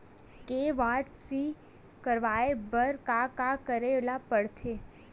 KYC करवाय बर का का करे ल पड़थे?